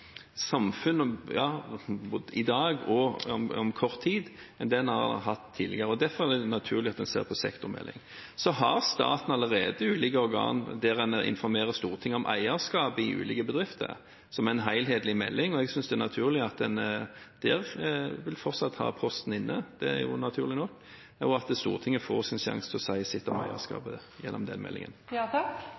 samfunn i dag og om kort tid, enn det vi har hatt tidligere. Derfor er det naturlig at en ser på sektormeldingen. Staten har allerede ulike organer der en informerer Stortinget om eierskapet i ulike bedrifter, som en helhetlig melding. Jeg synes det er naturlig at en fortsatt vil ha Posten inne der, og at Stortinget får sjansen til å si sin mening om eierskapet gjennom den